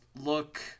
look